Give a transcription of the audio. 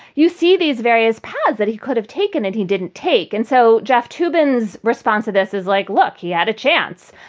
you see these various paths that he could have taken and he didn't take. and so jeff toobin is responsive. this is like, look, he had a chance.